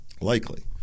Likely